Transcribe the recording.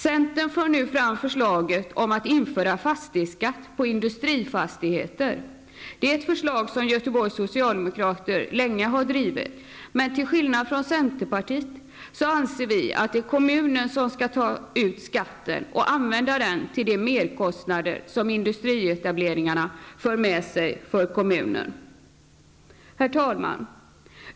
Centern för nu fram förslaget om att införa fastighetsskatt på industrifastigheter. Det är ett förslag som Göteborgs socialdemokrater länge har drivit, men till skillnad från centern anser vi att det är kommunen som skall ta ut skatten och använda den till de merkostnader som industrietableringarna för med sig för kommunen. Herr talman!